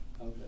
okay